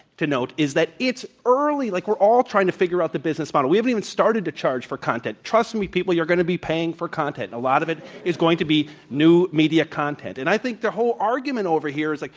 to note, is that it's early, like we're all trying to figure out the business model, we haven't even started to charge for content. trust me, people, you're going to be paying for content, a lot of it is going to be new media content, and i think the whole argument over here is, like